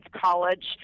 college